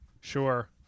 Sure